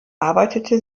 arbeitete